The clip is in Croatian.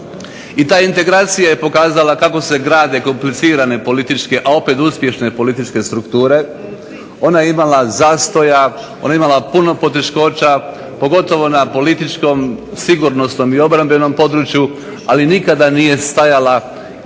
I ta integracija je pokazala kako se grade komplicirane političke, a opet uspješne političke strukture, ona je imala zastoja, ona je imala puno poteškoća, pogotovo na političkom, sigurnosnom i obrambenom području, ali nikada nije stajala, uvijek